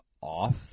off